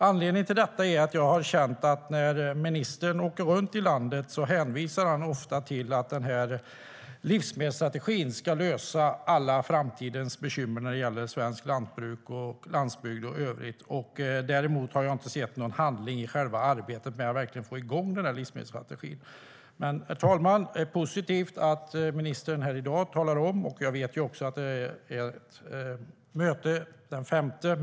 Anledningen är denna. Jag har känt att när ministern åker runt i landet hänvisar han ofta till att livsmedelsstrategin ska lösa alla framtidens bekymmer när det gäller svenskt lantbruk och svensk landsbygd i övrigt. Men jag har inte sett någon handling när det gäller själva arbetet med att verkligen få igång livsmedelsstrategin. Herr talman! Det är positivt att ministern i dag talar om mötet den 5 mars, som jag också känner till.